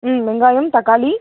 ம் வெங்காயம் தக்காளி